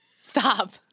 Stop